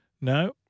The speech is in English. No